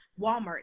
walmart